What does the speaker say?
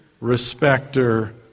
respecter